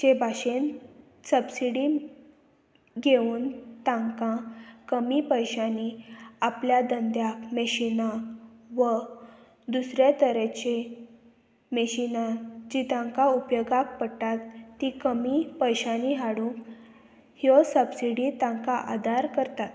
भाशेन सबसिडी घेवन तांकां कमी पयशांनी आपल्या धंद्या मेशिनां व दुसऱ्या तरेची मेशिनां जीं तांकां उपयोगाक पडटात तीं कमी पयशांनी हाडूंक ह्यो सबसिडी तांकां आदार करतात